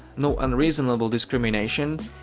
no unreasonable discrimination,